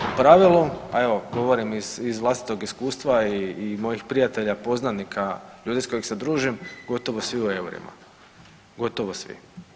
U pravilu, a evo govorim iz vlastitog iskustva i mojih prijatelja, poznanika, ljudi sa kojima se družim gotovo svi u eurima, gotovo svi.